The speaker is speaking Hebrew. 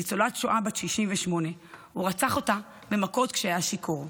ניצולת שואה בת 68. הוא רצח אותה במכות כשהיה שיכור.